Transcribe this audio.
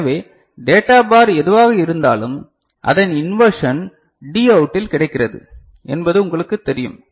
எனவே data bar எதுவாக இருந்தாலும் அதன் இன்வர்ஷன D அவுட்டில் கிடைக்கிறது என்பது உங்களுக்குத் தெரியும்